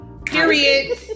Period